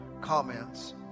comments